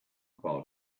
about